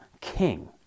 king